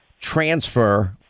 transfer